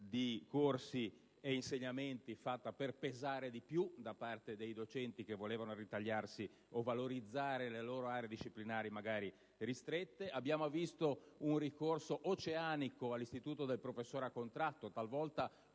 di corsi e insegnamenti, realizzata affinché pesassero di più i docenti che volevano ritagliarsi o valorizzare le proprie aree disciplinari, magari ristrette. Abbiamo assistito al riscorso oceanico all'istituto del professore a contratto: talvolta